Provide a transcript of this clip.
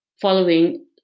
following